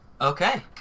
okay